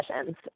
sessions